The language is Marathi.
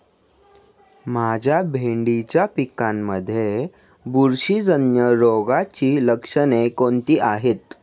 माझ्या भेंडीच्या पिकामध्ये बुरशीजन्य रोगाची लक्षणे कोणती आहेत?